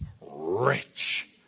rich